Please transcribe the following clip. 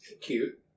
Cute